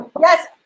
yes